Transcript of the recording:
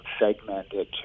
segmented